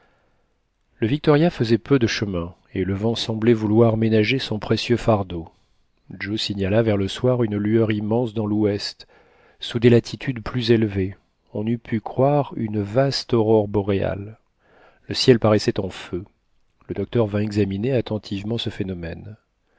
le victoria faisait peu de chemin et le vent semblait vouloir ménager son précieux fardeau joe signala vers le soir une lueur immense dans l'ouest sous des latitudes plus élevées on eût pu croire une vaste aurore boréale le ciel paraissait en feu le docteur vint examiner attentivement ce phénomène